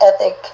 ethic